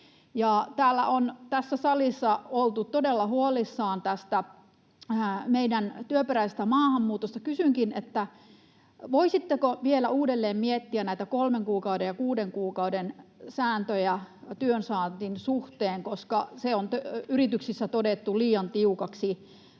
Tässä salissa on oltu todella huolissaan tästä meidän työperäisestä maahanmuutosta. Kysynkin, voisitteko vielä uudelleen miettiä näitä kolmen kuukauden ja kuuden kuukauden sääntöjä työnsaannin suhteen, koska se on yrityksissä todettu liian tiukaksi